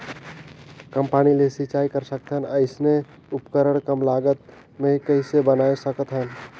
कम पानी ले सिंचाई कर सकथन अइसने उपकरण कम लागत मे कइसे बनाय सकत हन?